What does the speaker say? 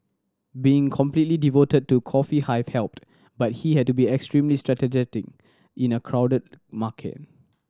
being completely devoted to Coffee Hive helped but he had to be extremely in a crowded market